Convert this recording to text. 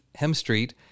Hemstreet